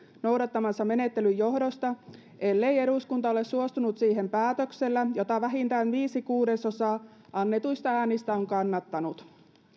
noudattamansa menettelyn johdosta ellei eduskunta ole suostunut siihen päätöksellä jota vähintään viisi kuudesosaa annetuista äänistä on kannattanut